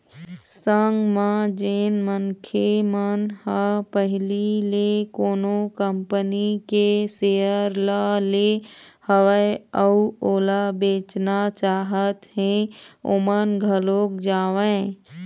संग म जेन मनखे मन ह पहिली ले कोनो कंपनी के सेयर ल ले हवय अउ ओला बेचना चाहत हें ओमन घलोक जावँय